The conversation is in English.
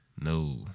No